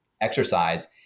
exercise